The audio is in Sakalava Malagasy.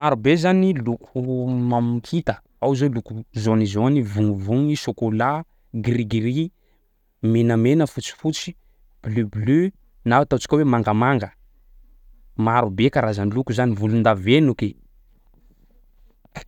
Marobe zany loko ma- hita: ao zao loko jauny jauny, vognivogny, chocolat, gris gris, menamena, fotsifotsy, bleu bleu na ataontsika hoe mangamanga. Marobe karazany loko zany, volondavenoky.